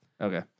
Okay